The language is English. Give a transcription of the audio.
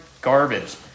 garbage